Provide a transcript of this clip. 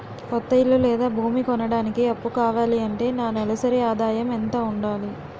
కొత్త ఇల్లు లేదా భూమి కొనడానికి అప్పు కావాలి అంటే నా నెలసరి ఆదాయం ఎంత ఉండాలి?